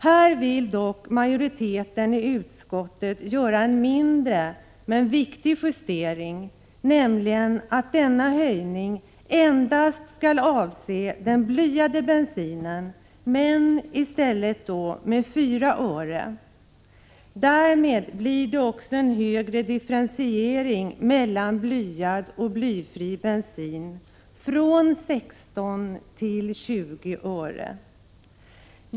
Här vill dock majoriteten i utskottet göra en mindre men viktig justering, nämligen att denna höjning endast skall avse den blyade bensinen — men då i stället med 4 öre. Därmed blir det också en större differentiering mellan blyad och blyfri bensin — från 16 till 20 öre.